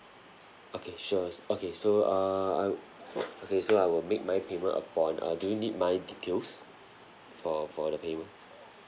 okay sure okay so err I okay so I will make my payment upon uh do you need my details for for the payment